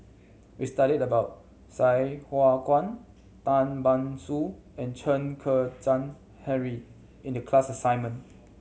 we studied about Sai Hua Kuan Tan Ban Soon and Chen Kezhan Henri in the class assignment